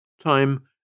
Time